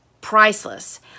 priceless